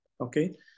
okay